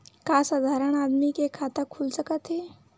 का साधारण आदमी के खाता खुल सकत हे?